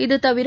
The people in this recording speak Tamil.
இதுதவிர